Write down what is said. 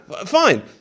Fine